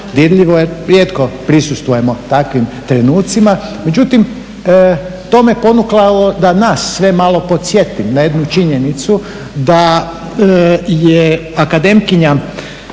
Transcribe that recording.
jer rijetko prisustvujemo takvim trenucima. Međutim, to me ponukalo da nas sve malo podsjetim na jednu činjenicu da je akademkinja